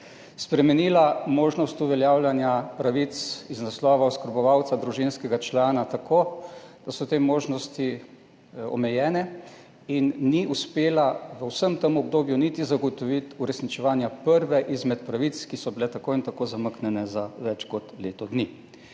spremenila je možnost uveljavljanja pravic iz naslova oskrbovalca družinskega člana tako, da so te možnosti omejene, in ni uspela v vsem tem obdobju zagotoviti niti uresničevanja prve izmed pravic, ki so bile tako in tako zamaknjene za več kot leto dni.